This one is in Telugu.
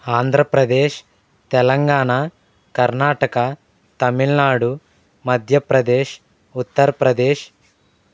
ఆంధ్రప్రదేశ్ తెలంగాణా కర్ణాటక తమిళనాడు మధ్యప్రదేశ్ ఉత్తర్ ప్రదేశ్